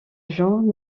genre